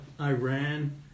Iran